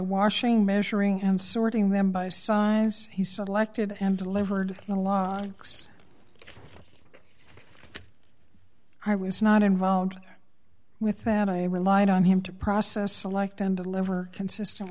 washing measuring and sorting them by songs he selected and delivered the locks i was not involved with that i relied on him to process select and deliver consistent